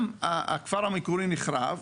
גם הכפר המקורי נחרב,